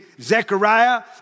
Zechariah